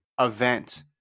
event